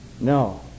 no